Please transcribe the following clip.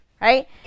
right